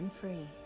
Free